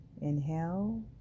Inhale